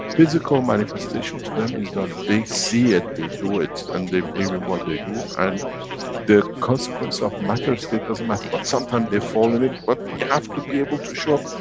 physical manifestation to them is done. they see it, they do it, and they believe in what they do, and the consequence of matter-state doesn't matter. but, sometime they fall in it, but, they have to be able to show,